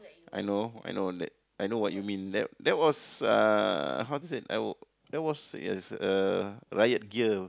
I know I know that I know what you mean that that was uh how to say I was that was is a riot gear